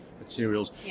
materials